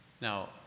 Now